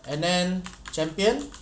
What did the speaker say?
and then champion